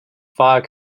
fire